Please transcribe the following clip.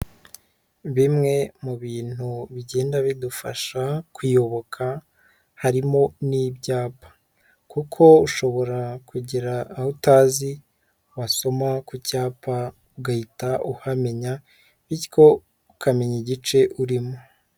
Bimwe mu bintu bigenda bidufasha kuyoboka, harimo n'ibyapa kuko ushobora kugera aho utazi, wasoma ku cyapa ugahita uhamenya bityo ukamenya igice urimo.